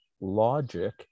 logic